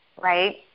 right